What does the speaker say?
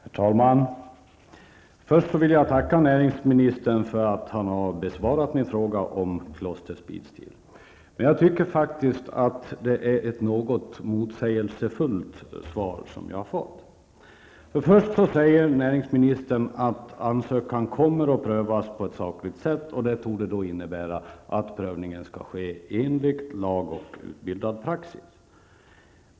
Herr talman! Jag ber först att få tacka näringsministern för svaret på min interpellation om Kloster Speedsteel AB. Jag tycker dock att svaret är något motsägelsefullt. Inledningsvis säger näringsministern att ansökan kommer att prövas på ett sakligt sätt, och det torde innebära att prövningen skall ske enligt lag och utbildad praxis.